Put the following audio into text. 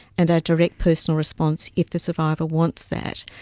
and a direct personal response, if the survivor wants that.